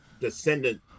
descendant